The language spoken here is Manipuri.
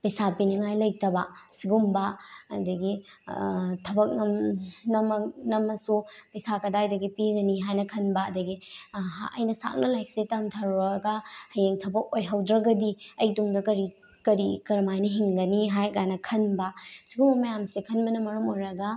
ꯄꯩꯁꯥ ꯄꯤꯅꯤꯡꯉꯥꯏ ꯂꯩꯇꯕ ꯁꯤꯒꯨꯝꯕ ꯑꯗꯒꯤ ꯊꯕꯛ ꯅꯝꯃꯁꯨ ꯄꯩꯁꯥ ꯀꯗꯥꯏꯗꯒꯤ ꯄꯤꯒꯅꯤ ꯍꯥꯏꯅ ꯈꯟꯕ ꯑꯗꯒꯤ ꯑꯩꯅ ꯁꯥꯡꯅ ꯂꯥꯏꯔꯤꯛꯁꯦ ꯇꯝꯊꯔꯨꯔꯒ ꯍꯌꯦꯡ ꯊꯕꯛ ꯑꯣꯏꯍꯧꯗ꯭ꯔꯒꯗꯤ ꯑꯩ ꯇꯨꯡꯗ ꯀꯔꯤ ꯀꯔꯤ ꯀꯔꯝꯃꯥꯏꯅ ꯍꯤꯡꯒꯅꯤ ꯍꯥꯏ ꯀꯥꯏꯅ ꯈꯟꯕ ꯁꯤꯒꯨꯝꯕ ꯃꯌꯥꯝꯁꯦ ꯈꯟꯕꯅ ꯃꯔꯝ ꯑꯣꯏꯔꯒ